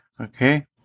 okay